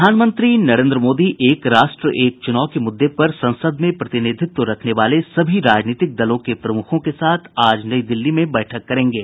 प्रधानमंत्री नरेन्द्र मोदी एक राष्ट्र एक चुनाव के मुद्दे पर संसद में प्रतिनिधित्व रखने वाले सभी राजनीतिक दलों के प्रमुखों के साथ आज नई दिल्ली में बैठक करेंगे